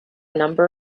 number